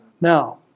Now